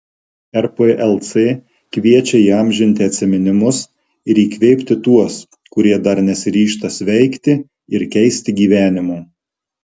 rplc kviečia įamžinti atsiminimus ir įkvėpti tuos kurie dar nesiryžta sveikti ir keisti gyvenimo